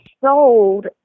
sold